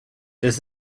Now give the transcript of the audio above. does